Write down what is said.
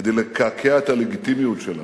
כדי לקעקע את הלגיטימיות שלנו.